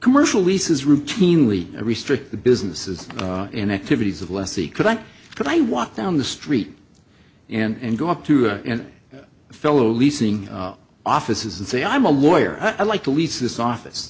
commercial leases routinely restrict the businesses and activities of lessee could i could i walk down the street and go up to a fellow leasing offices and say i'm a lawyer i'd like to lease this office